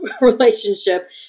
relationship